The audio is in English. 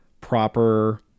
proper